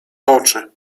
oczy